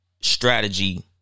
strategy